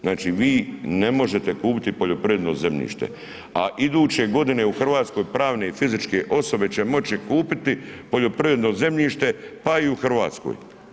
Znači vi ne može kupiti poljoprivredno zemljište a iduće godine u Hrvatskoj pravne i fizičke osobe će moći kupiti poljoprivredno zemljište pa i u Hrvatskoj.